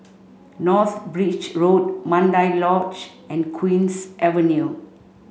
North Bridge Road Mandai Lodge and Queen's Avenue